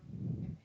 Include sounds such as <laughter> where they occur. <breath>